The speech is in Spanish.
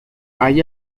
hay